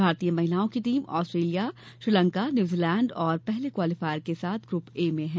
भारतीय महिलाओं की टीम ऑस्ट्रेलिया श्रीलंका न्यूजीलैंड और पहले क्वालीफायर के साथ ग्रुप ए में हैं